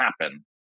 happen